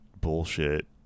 bullshit